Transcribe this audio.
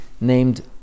named